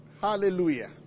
Hallelujah